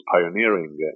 pioneering